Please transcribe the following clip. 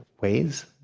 ways